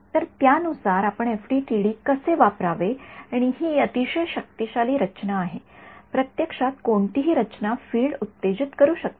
तर त्यानुसार आपण एफडीटीडी कसे वापरावे आणि हि अतिशय शक्तिशाली रचना आहे प्रत्यक्षात कोणतीही रचना फिल्ड उत्तेजित करू शकते